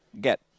Get